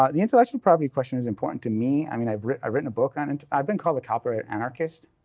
ah the intellectual property question is important to me. i mean, i've written i've written a book on it. and i've been called the copyright anarchist.